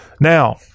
Now